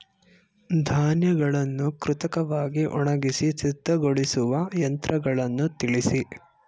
ಧಾನ್ಯಗಳನ್ನು ಕೃತಕವಾಗಿ ಒಣಗಿಸಿ ಸಿದ್ದಗೊಳಿಸುವ ಯಂತ್ರಗಳನ್ನು ತಿಳಿಸಿ?